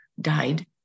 died